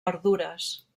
verdures